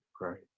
right